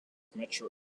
metro